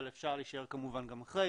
אבל להישאר כמובן גם אחרי.